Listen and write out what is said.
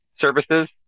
services